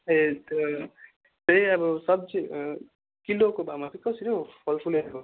ए त्यो खै अब सब्जी किलोको भाउमा कि कसरी हौ फलफुलहरूको